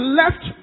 left